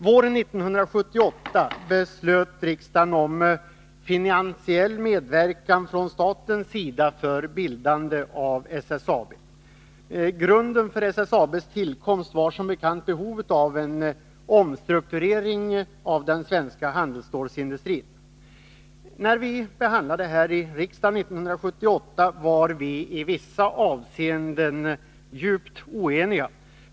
Våren 1978 beslöt riksdagen om finansiell medverkan från statens sida vid bildandet av SSAB. Grunden för SSAB:s tillkomst var som bekant behovet av en omstrukturering av den svenska handelsstålsindustrin. När vi 1978 behandlade detta ärende i riksdagen var vi i vissa avseenden djupt oeniga.